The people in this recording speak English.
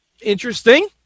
interesting